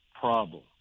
problem